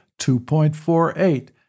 2.48